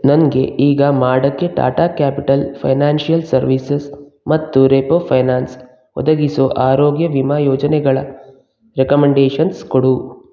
ನನಗೆ ಈಗ ಮಾಡೋಕ್ಕೆ ಟಾಟಾ ಕ್ಯಾಪಿಟಲ್ ಫೈನಾನ್ಷಿಯಲ್ ಸರ್ವೀಸಸ್ ಮತ್ತು ರೆಪೋ ಫೈನಾನ್ಸ್ ಒದಗಿಸೋ ಆರೋಗ್ಯ ವಿಮಾ ಯೋಜನೆಗಳ ರೆಕಮೆಂಡೇಷನ್ಸ್ ಕೊಡು